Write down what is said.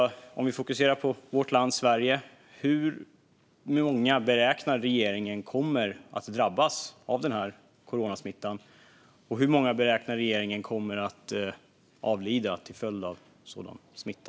Jag fokuserar då på vårt land, Sverige, och undrar: Hur många beräknar regeringen kommer att drabbas av coronasmittan? Och hur många beräknar regeringen kommer att avlida till följd av sådan smitta?